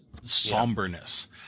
somberness